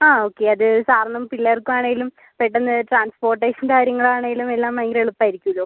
ആ ഓക്കെ അത് സാറിനും പിള്ളേർക്കും ആണേലും പെട്ടെന്ന് ട്രാൻസ്പോർട്ടേഷൻ കാര്യങ്ങൾ ആണേലും എല്ലാം ഭയങ്കര എളുപ്പം ആയിരിക്കുമല്ലോ